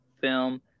film